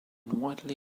widely